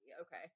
Okay